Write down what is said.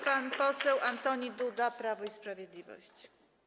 Pan poseł Antoni Duda, Prawo i Sprawiedliwość.